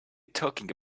talking